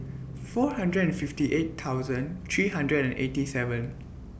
four hundred and fifty eight thousand three hundred and eighty seven